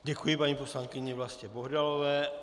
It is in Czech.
Děkuji paní poslankyni Vlastě Bohdalové.